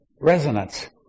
resonance